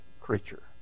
creature